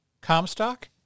Comstock